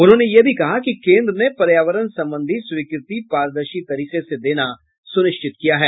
उन्होंने यह भी कहा कि केंद्र ने पर्यावरण संबंधी स्वीकृति पारदर्शी तरीके से देना सुनिश्चित किया है